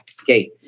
Okay